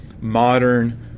modern